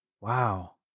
Wow